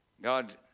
God